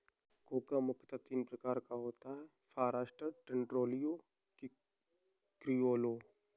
cocoa मुख्यतः तीन प्रकार का होता है फारास्टर, ट्रिनिटेरियो, क्रिओलो